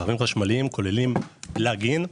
רכבים חשמליים כוללים פלג אין,